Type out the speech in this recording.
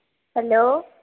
hello